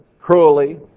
cruelly